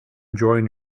enjoying